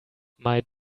might